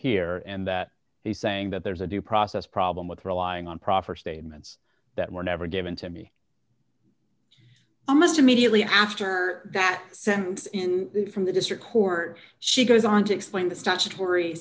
here and that he's saying that there's a due process problem with relying on proffer statements that were never given to me almost immediately after that sent in from the district court she goes on to explain the statutory